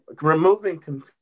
removing